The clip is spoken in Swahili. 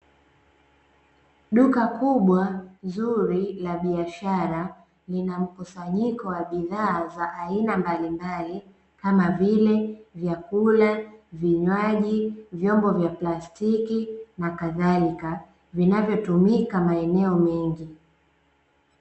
Duka kubwa zuri la biashara lina mkusanyiko wa bidhaa za aina mbalimbali, kama vile vyakula, vinywaji, vyombo vya plastiki na kadhalika, vinavyotumika maeneo mengi.